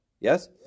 Yes